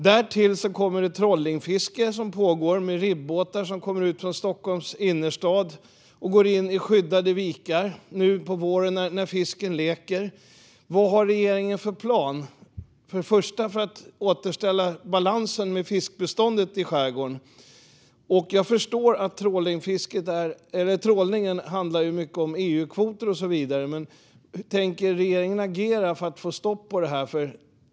Därtill pågår trollingfiske från ribbåtar som kommer ut från Stockholms innerstad och går in i skyddade vikar nu på våren när fisken leker. Vad har regeringen för plan för att först och främst återställa balansen i fiskbeståndet i skärgården? Jag förstår att trålningen i mycket handlar om EU-kvoter, men tänker regeringen agera för att få stopp på detta?